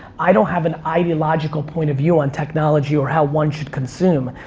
i don't have an ideological point of view on technology or how one should consume.